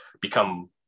become